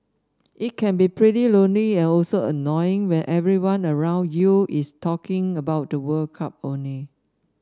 it can be pretty lonely and also annoying when everyone around you is talking about the World Cup only